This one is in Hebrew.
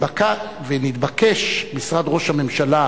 נתבקשו משרד ראש הממשלה,